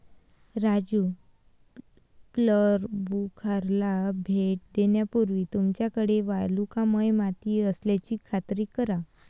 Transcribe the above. राजू प्लंबूखाराला भेट देण्यापूर्वी तुमच्याकडे वालुकामय माती असल्याची खात्री करा